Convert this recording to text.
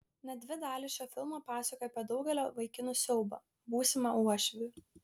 net dvi dalys šio filmo pasakoja apie daugelio vaikinų siaubą būsimą uošvį